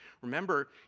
Remember